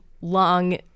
long